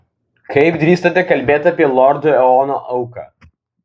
kaip drįstate kalbėti apie lordo eono auką